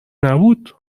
نبود